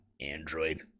Android